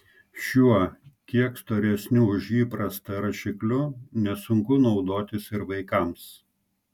šiuo kiek storesniu už įprastą rašikliu nesunku naudotis ir vaikams